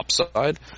upside